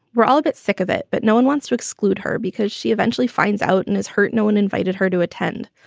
we're all a bit sick of it, but no one wants to exclude her because she eventually finds out and is hurt. no one invited her to attend.